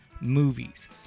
MOVIES